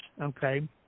okay